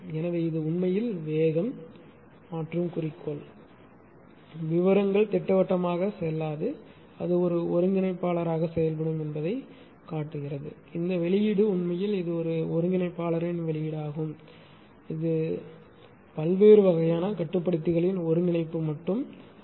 எனவே இது உண்மையில் வேகம் மாற்றும் குறிக்கோள் விவரங்கள் திட்டவட்டமாகச் செல்லாது அது ஒரு ஒருங்கிணைப்பாளராகச் செயல்படும் என்பதைக் காட்டும் இந்த வெளியீடு உண்மையில் இது ஒரு ஒருங்கிணைப்பாளரின் வெளியீடாகும் இது பல்வேறு வகையான கட்டுப்படுத்திகளின் ஒருங்கிணைப்பு மட்டும் அல்ல